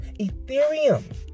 Ethereum